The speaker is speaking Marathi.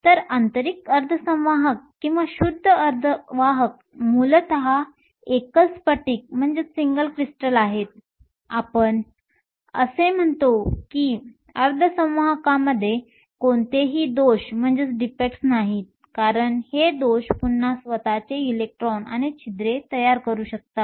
तर आंतरिक अर्धसंवाहक किंवा शुद्ध अर्धवाहक मूलत एकल स्फटिक आहेत आपण असे म्हणतो की अर्धसंवाहकांमध्ये कोणतेही दोष नाहीत कारण हे दोष पुन्हा स्वतःचे इलेक्ट्रॉन आणि छिद्रे तयार करू शकतात